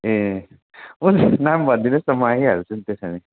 ए हुन्छ नाम भनिदिनु होस् न म आइहाल्छु त्यसो भने